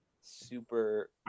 super